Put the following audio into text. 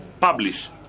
publish